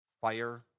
Fire